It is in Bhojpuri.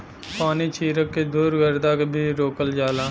पानी छीरक के धुल गरदा के भी रोकल जाला